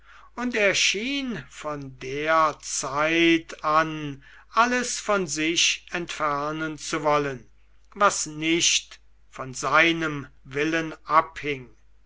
und er schien von der zeit an alles von sich entfernen zu wollen was nicht von seinem willen abhing